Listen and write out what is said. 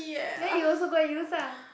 then you also go and use lah